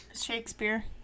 Shakespeare